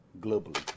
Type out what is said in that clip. globally